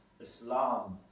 Islam